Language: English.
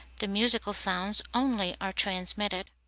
the musical sounds only are transmitted.